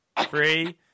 Three